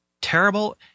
terrible